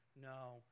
No